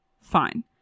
Fine